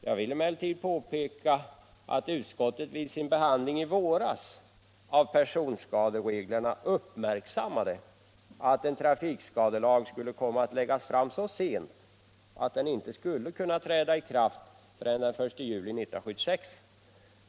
Jag vill emellertid påpeka att utskottet vid sin behandling i våras av personskadereglerna uppmärksammade att en trafikskadelag skulle komma att läggas fram så sent att den inte skulle kunna träda i kraft förrän den 1 juni 1976.